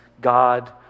God